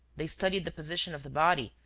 they studied the position of the body,